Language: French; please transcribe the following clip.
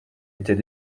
était